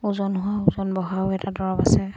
ওজন হোৱা ওজন বঢ়াও এটা দৰৱ আছে